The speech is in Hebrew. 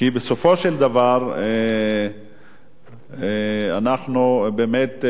כי בסופו של דבר אנחנו באמת,